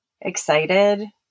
excited